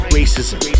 racism